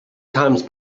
times